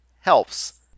helps